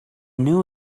new